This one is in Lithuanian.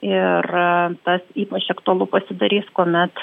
ir tas ypač aktualu pasidarys kuomet